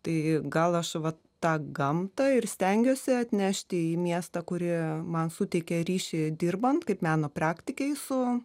tai gal aš vat tą gamtą ir stengiuosi atnešti į miestą kurie man suteikė ryšį dirbant kaip meno praktikei su